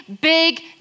big